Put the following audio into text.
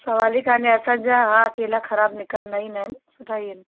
सवालु ई कान्हे असांजा हा केला ख़राबु निकिरंदा ई नाहिनि सुठा ई आहिनि